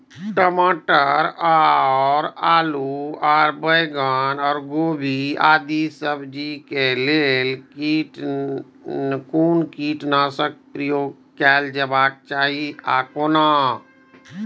टमाटर और आलू और बैंगन और गोभी आदि सब्जी केय लेल कुन कीटनाशक प्रयोग कैल जेबाक चाहि आ कोना?